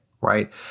right